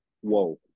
Whoa